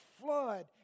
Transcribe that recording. flood